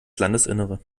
landesinnere